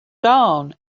dawn